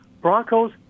Broncos